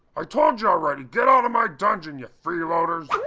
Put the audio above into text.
i told you already, get out of my dungeon, you freeloaders.